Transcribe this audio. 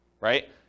right